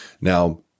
Now